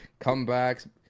comebacks